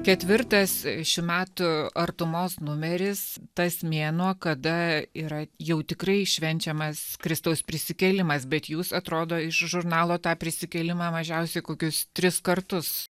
ketvirtas šių metų artumos numeris tas mėnuo kada yra jau tikrai švenčiamas kristaus prisikėlimas bet jūs atrodo iš žurnalo tą prisikėlimą mažiausiai kokius tris kartus